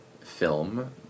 film